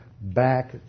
back